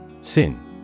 Sin